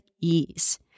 ease